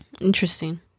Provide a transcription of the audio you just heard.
Interesting